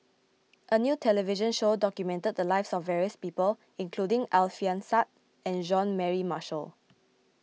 a new television show documented the lives of various people including Alfian Sa'At and Jean Mary Marshall